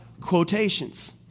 Quotations